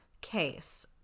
case